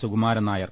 Sukumaran Nair